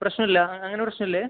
പ്രശ്നം ഇല്ല അങ്ങനെ പ്രശ്നം ഇല്ല